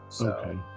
Okay